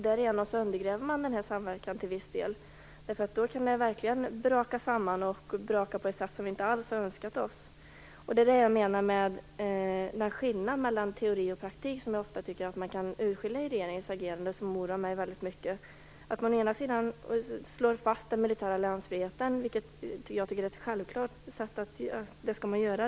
Därmed undergräver man till viss del samarbetet. Då kan det verkligen braka samman på ett sätt som vi inte alls har önskat oss. Det är detta som jag menar med den skillnad mellan teori och praktik som jag ofta tycker att man kan urskilja i regeringens agerande. Den oroar mig väldigt mycket. Man slår hela tiden fast den militära alliansfriheten, och det tycker jag att man skall göra.